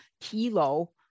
kilo